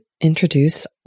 introduce